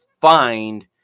find